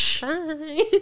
Bye